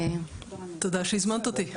תודה שהזמנת אותי,